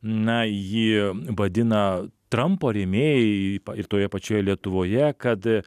na jį vadina trampo rėmėjai ir toje pačioje lietuvoje kad